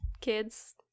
Kids